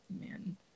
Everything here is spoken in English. man